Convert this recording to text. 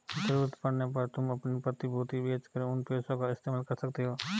ज़रूरत पड़ने पर तुम अपनी प्रतिभूति बेच कर उन पैसों का इस्तेमाल कर सकते हो